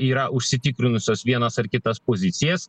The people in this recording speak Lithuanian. yra užsitikrinusios vienas ar kitas pozicijas